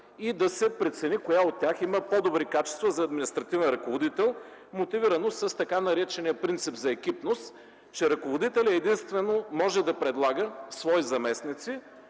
и да се прецени коя от тях има по-добри качества за административен ръководител, мотивирано с така наречения принцип за екипност, че ръководителят единствено може да предлага свои заместници,